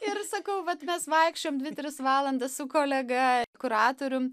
ir sakau vat mes vaikščiojom dvi tris valandas su kolega kuratorium